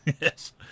yes